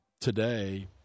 today